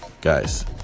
guys